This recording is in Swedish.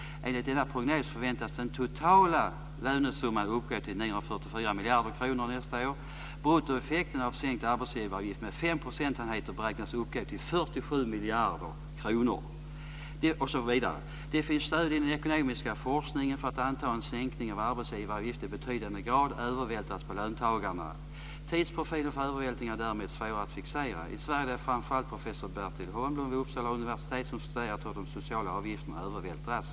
Enligt denna prognos förväntas den totala lönesumman uppgå till 944 miljarder kronor nästa år. Bruttoeffekten av en sänkning av arbetsgivaravgiften med 5 procentenheter beräknas uppgå till 47 miljarder kronor. Man fortsäter: Det finns stöd i den ekonomiska forskningen för att anta att en sänkning av arbetsgivaravgiften i betydande grad övervältras på löntagarna. Tidsprofilen för övervältringen är däremot svår att fixera. I Sverige är det framför allt professor Bertil Holmlund vid Uppsala universitet som talar om att de sociala avgifterna övervältras.